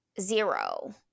Zero